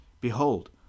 Behold